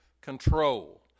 control